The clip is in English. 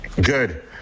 Good